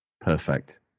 Perfect